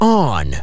on